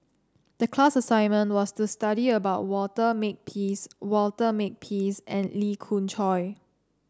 the class assignment was to study about Walter Makepeace Walter Makepeace and Lee Khoon Choy